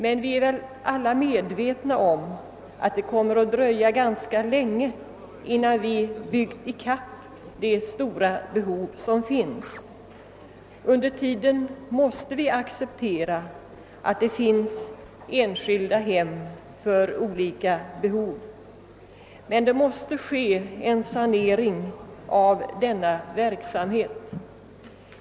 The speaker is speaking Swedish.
Men vi är alla medvetna om att det kommer att dröja ganska länge, innan man byggt i kapp det stora behov som finns. Under tiden måste man acceptera att det finns enskilda hem för olika behov. Men det måste ske en sanering av denna verksamhet.